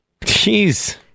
Jeez